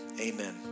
amen